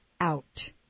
out